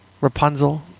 Rapunzel